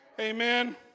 Amen